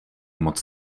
moc